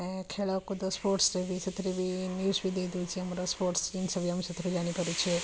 ଏ ଖେଳକୁଦ ସ୍ପୋର୍ଟସ୍ରେ ବି ସେଥିରେ ବି ନ୍ୟୁଜ୍ ବି ଦେଇ ଦେଉଛି ଆମର ସ୍ପୋର୍ଟସ୍ ଜିନିଷ ବି ଆମେ ସେଥିରୁ ଜାଣିପାରୁଛେ